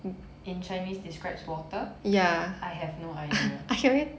in chinese describes water I have no idea